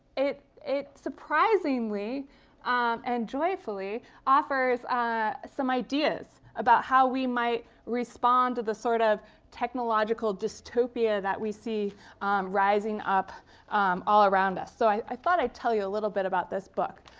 it it surprisingly and joyfully offers some ideas about how we might respond to the sort of technological dystopia that we see rising up all around us. so i thought i'd tell you a little bit about this book.